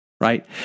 right